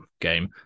game